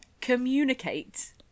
communicate